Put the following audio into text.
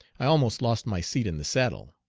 i almost lost my seat in the saddle.